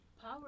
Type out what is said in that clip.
Power